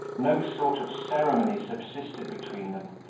no sort of ceremony subsisted between them,